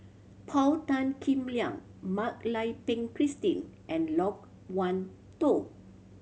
Paul Tan Kim Liang Mak Lai Peng Christine and Loke Wan Tho